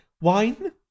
Wine